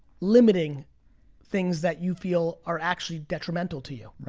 limiting things that you feel are actually detrimental to you. right,